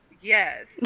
Yes